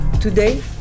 Today